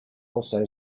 also